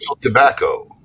tobacco